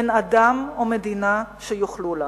אין אדם או מדינה שיוכלו לנו.